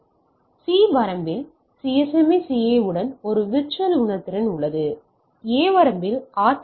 எனவே C வரம்பில் CSMACA CSMACA உடன் ஒரு விர்ச்சுவல் உணர்திறன் உள்ளது இது A வரம்பில் ஆர்